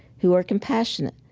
who are compassionate,